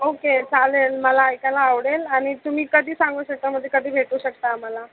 okay चालेल मला ऐकायला आवडेल आणि तुम्ही कधी सांगू शकता म्हणजे कधी भेटू शकता आम्हाला